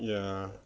ya